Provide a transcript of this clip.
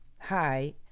hi